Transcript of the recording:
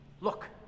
Look